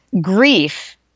grief